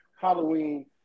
Halloween